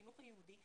החינוך היהודי,